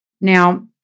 Now